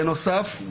בנוסף,